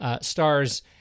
stars